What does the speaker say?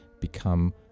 become